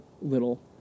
little